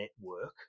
network